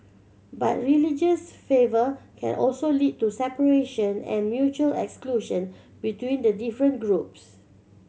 but religious fervour can also lead to separation and mutual exclusion between the different groups